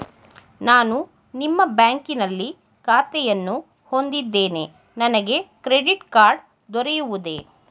ನಾನು ನಿಮ್ಮ ಬ್ಯಾಂಕಿನಲ್ಲಿ ಖಾತೆಯನ್ನು ಹೊಂದಿದ್ದೇನೆ ನನಗೆ ಕ್ರೆಡಿಟ್ ಕಾರ್ಡ್ ದೊರೆಯುವುದೇ?